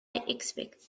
expect